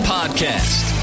Podcast